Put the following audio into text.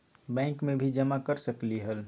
Bank में भी जमा कर सकलीहल?